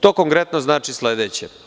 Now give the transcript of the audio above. To konkretno znači sledeće.